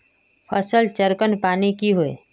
फसल चक्रण माने की होय?